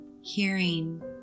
hearing